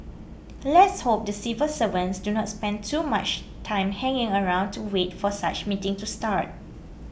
let's hope the civil servants do not spend too much time hanging around to wait for such meetings to start